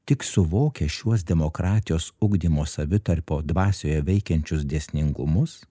tik suvokę šiuos demokratijos ugdymo savitarpio dvasioje veikiančius dėsningumus